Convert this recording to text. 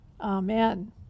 Amen